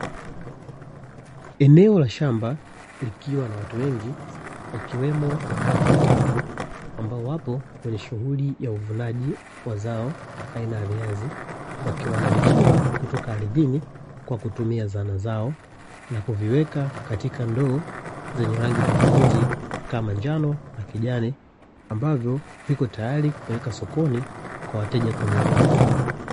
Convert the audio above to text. Eneo la shamba likiwa na watu wengi wakiwemo wanawake watatu, ambao wapo kwenye shughuli ya uvunaji wa zao aina ya viazi, wakiwa na vichimba kutoka ardhini kwa kutumia zana zao na kuviweka katika ndoa zenye rangi tofauti kama njano na kijani ambavyo viko tayari kupeleka sokoni kwa wateja kununua.